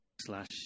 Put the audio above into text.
slash